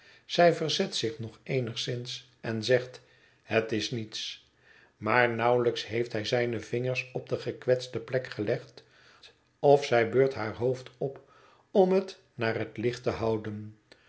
zij verzet zich nog eenigszins en zegt het is niets maar nauwelijks heeft hij zijne vingers op de gekwetste plek gelegd of zij beurt haar hoofd op om het naar het licht te houden